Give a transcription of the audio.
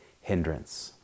hindrance